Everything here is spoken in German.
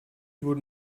wurde